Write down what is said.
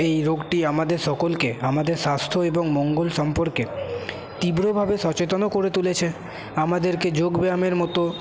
এই রোগটি আমাদের সকলকে আমাদের স্বাস্থ্য এবং মঙ্গল সম্পর্কে তীব্রভাবে সচেতনও করে তুলেছে আমাদেরকে যোগ ব্যায়ামের মতো